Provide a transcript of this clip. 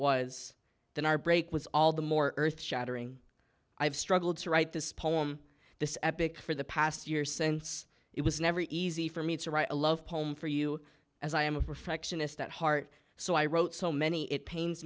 was then our break was all the more earth shattering i've struggled to write this poem this epic for the past year since it was never easy for me to write a love poem for you as i am a perfectionist at heart so i wrote so many it pains